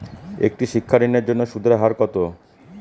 একটি শিক্ষা ঋণের জন্য সুদের হার কত?